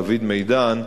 דוד מידן,